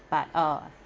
but uh